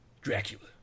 Dracula